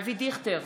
אבי דיכטר,